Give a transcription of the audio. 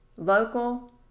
local